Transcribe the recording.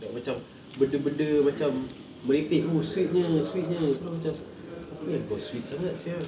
like macam benda-benda macam merepek oo sweet nya sweet nya terus macam apa yang kau sweet sangat siak